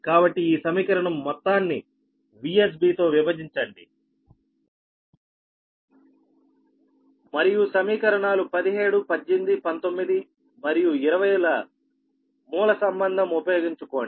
కాబట్టి ఈ సమీకరణం మొత్తాన్ని VsB తో విభజించండి మరియు సమీకరణాలు 17 18 19 and 20 ల రిలేషన్ ఉపయోగించుకోండి